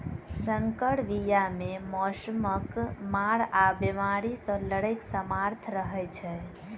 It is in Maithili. सँकर बीया मे मौसमक मार आ बेमारी सँ लड़ैक सामर्थ रहै छै